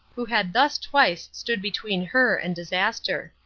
who had thus twice stood between her and disaster.